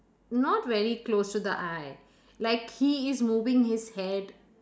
not very close to the eye like he is moving his head